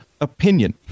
opinion